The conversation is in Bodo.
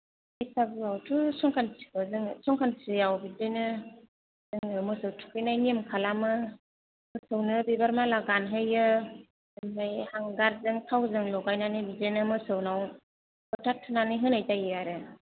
बैसागुआवथ' संख्रानथिफ्राव संख्रानथियाव बिदिनो जोंङो मोसौ थुखैनाय नियम खालामो मोसौनो बिबार माला गानहोयो आमफ्राय हांगारजों थावजों लगायनानै बिदिनो मोसौनाव फोथा थुनानै होनाय जायो आरो